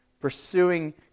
Pursuing